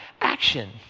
Action